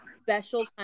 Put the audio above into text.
Special